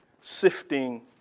Sifting